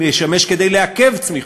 משמש כדי לעכב צמיחה,